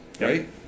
Right